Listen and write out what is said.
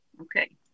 okay